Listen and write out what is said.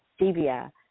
stevia